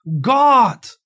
God